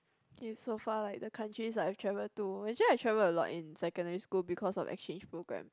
if so far like the countries I have travelled to actually I travel a lot in secondary school because of exchange programme